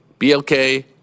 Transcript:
BLK